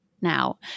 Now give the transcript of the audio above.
now